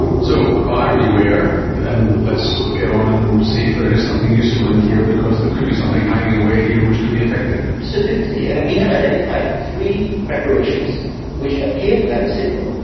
so, buyer beware, and let's get on and see if there is something useful in here because there could be something hiding away here which could be effective. absolutely, and we have identified three preparations which appear to have a signal.